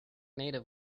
native